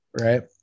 right